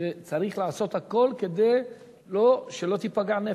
שצריך לעשות הכול כדי שלא תיפגע נפש.